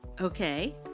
Okay